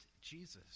Jesus